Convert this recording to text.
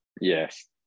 yes